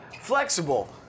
flexible